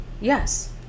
Yes